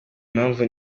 impamvu